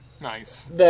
Nice